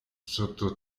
sotto